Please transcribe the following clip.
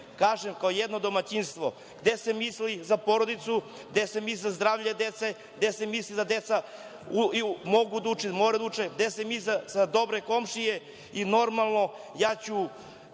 kažem, kao jedno domaćinstvo, gde se misli za porodicu, gde se misli za zdravlje dece, gde se misli da deca mogu da uče ili moraju da uče, gde se misli za dobre komšije i normalno, ja ću